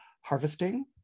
harvesting